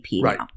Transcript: Right